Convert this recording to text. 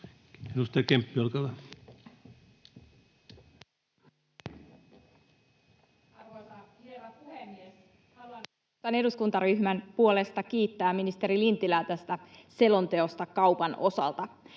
Edustaja Kemppi, olkaa hyvä. Arvoisa herra puhemies! Haluaisin keskustan eduskuntaryhmän puolesta kiittää ministeri Lintilää tästä selonteosta kaupan osalta.